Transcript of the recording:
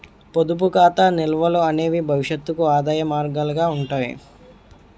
పొదుపు ఖాతా నిల్వలు అనేవి భవిష్యత్తుకు ఆదాయ మార్గాలుగా ఉంటాయి